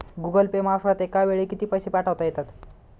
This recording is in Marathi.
गूगल पे मार्फत एका वेळी किती पैसे पाठवता येतात?